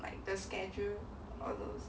like the schedule all those